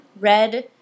red